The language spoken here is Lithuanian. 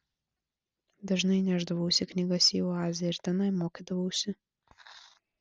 dažnai nešdavausi knygas į oazę ir tenai mokydavausi